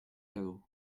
caveau